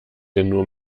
nur